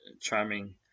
charming